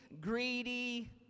greedy